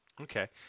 Okay